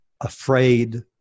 afraid